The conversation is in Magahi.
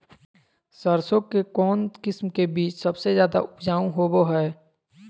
सरसों के कौन किस्म के बीच सबसे ज्यादा उपजाऊ होबो हय?